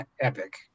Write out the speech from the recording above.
epic